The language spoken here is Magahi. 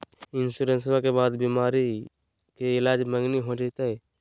इंसोरेंसबा के बाद बीमारी के ईलाज मांगनी हो जयते?